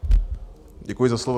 Děkuji za slovo.